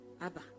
Abba